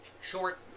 short